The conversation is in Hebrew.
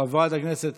חברת הכנסת